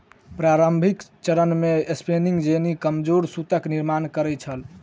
प्रारंभिक चरण मे स्पिनिंग जेनी कमजोर सूतक निर्माण करै छल